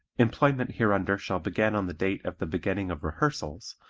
employment hereunder shall begin on the date of the beginning of rehearsals,